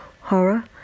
horror